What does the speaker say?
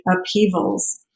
upheavals